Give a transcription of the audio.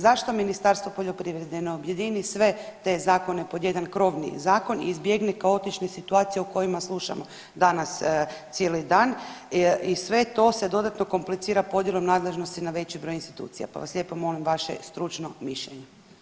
Zašto Ministarstvo poljoprivrede ne objedini sve te zakone pod jedan krovni zakon i izbjegne kaotične situacije o kojima slušamo danas cijeli dan i sve to se dodatno komplicira podjelom nadležnosti na veći broj institucija, pa vas lijepo molim vaše stručno mišljenje.